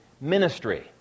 ministry